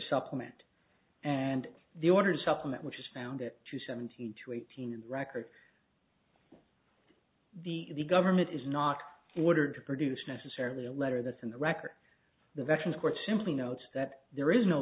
supplement and the order supplement which is found it to seventeen to eighteen and record the the government is not ordered to produce necessarily a letter that's in the record the veterans court simply notes that there is no